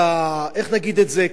איך נגיד את זה?